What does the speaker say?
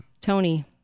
Tony